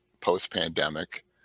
post-pandemic